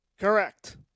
Correct